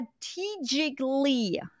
strategically